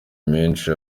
menshi